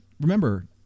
remember